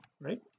right